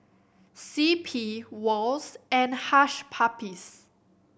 C P Wall's and Hush Puppies